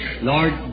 Lord